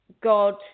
God